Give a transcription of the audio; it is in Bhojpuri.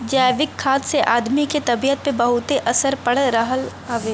जैविक खाद से आदमी के तबियत पे बहुते असर पड़ रहल हउवे